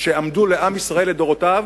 שעמדו לעם ישראל לדורותיו